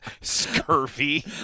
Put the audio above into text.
scurvy